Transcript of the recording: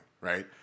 right